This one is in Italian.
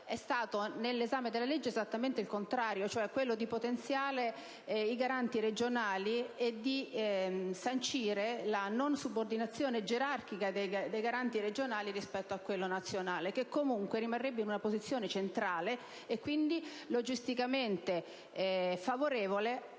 è stato, nell'esame della legge, esattamente il contrario, cioè quello di potenziare i Garanti regionali e di sancire la non subordinazione gerarchica dei Garanti regionali rispetto a quello nazionale, il quale, comunque, rimarrebbe in una posizione centrale e, quindi, logisticamente favorevole